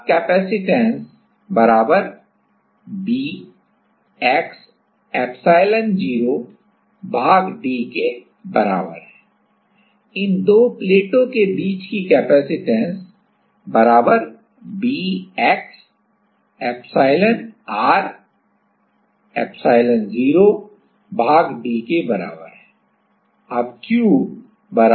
अब capacitance C b x epsilon0 भाग d के बराबर है इन दो प्लेटों के बीच की capacitance C bx epsilonr epsilon0 भाग d के बराबर है